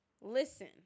listen